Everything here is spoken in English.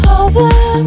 over